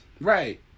Right